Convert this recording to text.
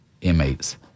inmates